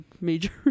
major